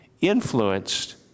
influenced